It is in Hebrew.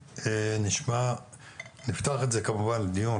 נפתח את זה כמובן לדיון,